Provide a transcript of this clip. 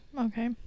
Okay